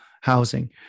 housing